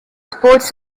sports